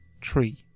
tree